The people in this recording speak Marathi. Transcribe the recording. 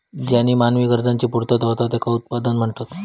ज्येनीं मानवी गरजांची पूर्तता होता त्येंका उत्पादन म्हणतत